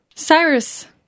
cyrus